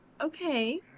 Okay